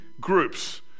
groups